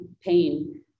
pain